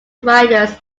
riders